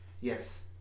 Yes